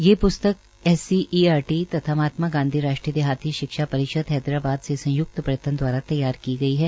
ये प्स्तक S C E R T तथा महात्मा गांधी राष्ट्रीय देहाती शिक्षा परिषद हैदराबाद के संय्क्त प्रयत्न द्वारा तैयार की गई है